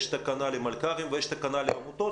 יש תקנה למלכ"רים ויש תקנה לעמותות,